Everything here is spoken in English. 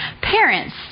Parents